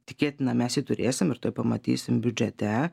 tikėtina mes jį turėsim ir tuoj pamatysim biudžete